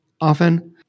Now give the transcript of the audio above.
often